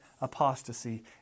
apostasy